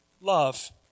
love